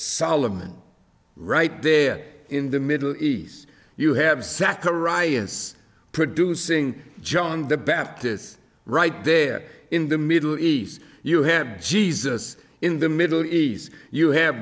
solomon right there in the middle east you have zacharias producing john the baptist's right there in the middle east you have jesus in the middle east you have